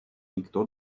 никто